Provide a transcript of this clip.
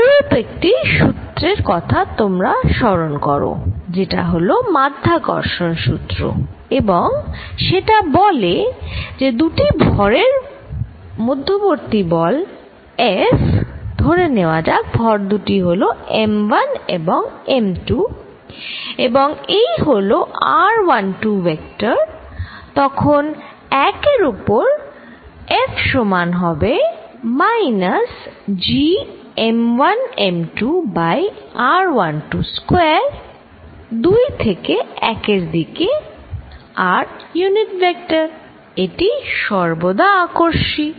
অনুরূপ একটি সূত্রের কথা তোমরা স্মরণ করো যেটা হল মাধ্যাকর্ষণ সূত্র এবং সেটা বলে যে দুটি ভরের মধ্যবর্তী বল F ধরে নেওয়া যাক ভর দুটি হল m1 এবং m2 এবং এই হল r12 ভেক্টর তখন 1 এর উপর F সমান হবে minus Gm1m2 by r12 square 2 থেকে 1 এর দিকে r ইউনিট ভেক্টর এটি সর্বদা আকর্ষী